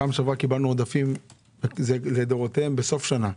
פעם שעברה קיבלנו עודפים לדורותיהם בסוף שנה.